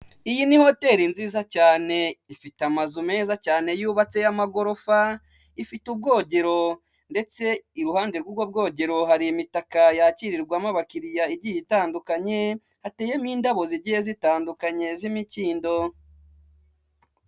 Iyi ni hoteli nziza cyane ifite amazu meza cyane yubatse y'amagorofa, ifite ubwogero ndetse iruhande rw'ubwo bwogero hari imitaka yakirirwamo abakiriya igiye itandukanye, hateyemo indabo zigiye zitandukanye z'imikindo.